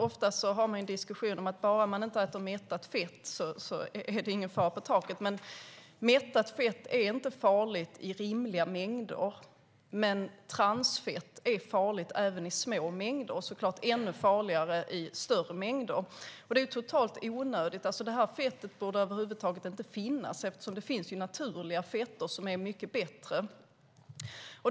Ofta förs det en diskussion om att om man inte äter mättat fett är det ingen fara på taket. Men mättat fett är inte farligt i rimliga mängder. Men transfett är farligt även i små mängder, och såklart ännu farligare i större mängder. Det är helt onödigt. Detta fett borde över huvud taget inte finnas eftersom det finns naturliga fetter som är mycket bättre.